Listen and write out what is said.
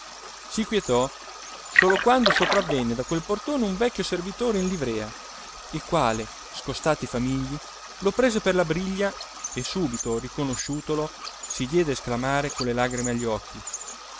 si quietò solo quando sopravvenne da quel portone un vecchio servitore in livrea il quale scostati i famigli lo prese per la briglia e subito riconosciutolo si diede a esclamare con le lagrime agli occhi